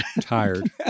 tired